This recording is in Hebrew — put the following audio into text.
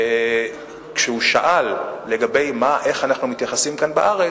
כשהוא שאל איך אנחנו מתייחסים כאן בארץ,